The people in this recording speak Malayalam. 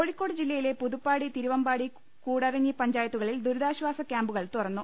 കോഴിക്കോട് ജില്ലയിലെ പുതുപ്പാടി തിരുവമ്പാടി കൂടരഞ്ഞി പഞ്ചായത്തുകളിൽ ദുരിതാശ്വാസ ക്യാമ്പുകൾ തുറന്നു